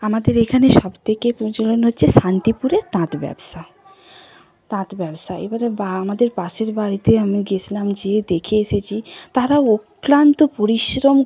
আমাদের এখানে সবথেকে প্রচলন হচ্ছে শান্তিপুরের তাঁত ব্যবসা তাঁত ব্যবসা এবারে বা আমাদের পাশের বাড়িতে আমি গেছিলাম গিয়ে দেখে এসেছি তারাও অক্লান্ত পরিশ্রম